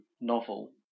novel